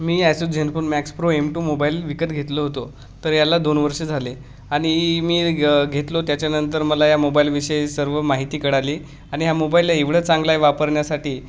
मी Asus Zenfone max pro M two mobile विकत घेतला होतो तर याला दोन वर्ष झाले आणि मी ग घेतलो त्याच्यानंतर मला या मोबाईलविषयी सर्व माहिती कळाली आणि ह्या मोबाईलला एवढं चांगला आहे वापरण्यासाठी